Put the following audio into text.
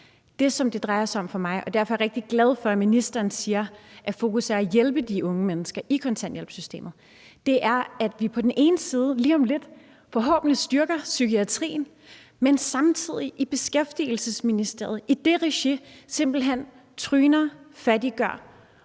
Det, som det drejer sig om for mig – og derfor er jeg også rigtig glad for, at ministeren siger, at fokus er på at hjælpe de unge mennesker i kontanthjælpssystemet – er, at vi på den ene side lige om lidt forhåbentlig styrker psykiatrien, men at man samtidig i regi af Beskæftigelsesministeriet simpelt hen tryner, fattiggør